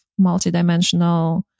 multidimensional